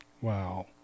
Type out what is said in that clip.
Wow